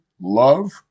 love